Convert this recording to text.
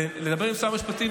לדבר עם שר המשפטים,